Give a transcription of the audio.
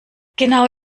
genau